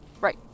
Right